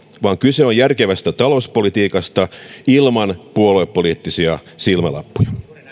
vaan kyse on järkevästä talouspolitiikasta ilman puoluepoliittisia silmälappuja